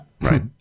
Right